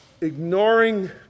ignoring